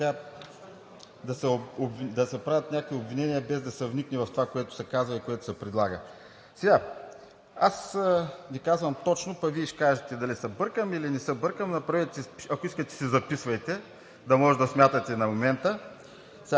да се отправят някакви обвинения, без да се вникне в това, което се казва и което се предлага. Сега аз Ви казвам точно, пък Вие ще кажете дали се бъркам, или не се бъркам, ако искате си записвайте, да може да смятате на момента.